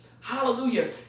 Hallelujah